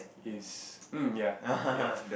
is um ya ya